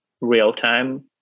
real-time